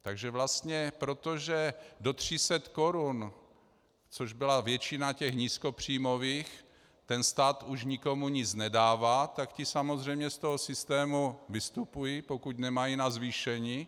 Takže vlastně protože do 300 korun, což byla většina těch nízkopříjmových, ten stát už nikomu nic nedává, tak ti samozřejmě z toho systému vystupují, pokud nemají na zvýšení.